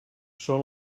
són